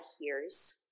hears